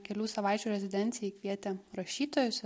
kelių savaičių rezidencijai kvietė rašytojus